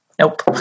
Nope